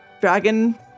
dragon